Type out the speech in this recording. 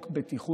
אני מוכן לקבל